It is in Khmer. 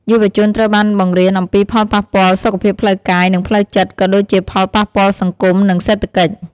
យុវជនត្រូវបានបង្រៀនអំពីផលប៉ះពាល់សុខភាពផ្លូវកាយ និងផ្លូវចិត្ត ក៏ដូចជាផលប៉ះពាល់សង្គម និងសេដ្ឋកិច្ច។